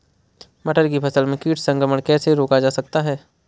मटर की फसल में कीट संक्रमण कैसे रोका जा सकता है?